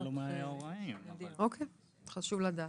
חשוב לדעת.